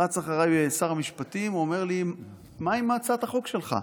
רץ אחריי שר המשפטים ואומר לי: מה עם הצעת החוק שלך?